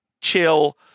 chill